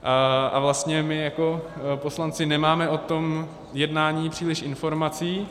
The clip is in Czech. A vlastně my jako poslanci nemáme o tom jednání příliš informací.